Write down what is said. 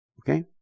Okay